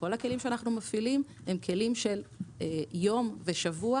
כל הכלים שאנחנו מפעילים הם כלים של יום בשבוע,